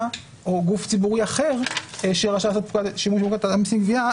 או גוף ציבורי אחר שרשאי לעשות שימוש בפקודת המסים (גבייה),